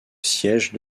siège